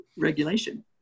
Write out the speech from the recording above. regulation